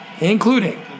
including